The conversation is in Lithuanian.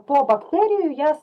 po bakterijų jas